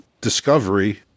discovery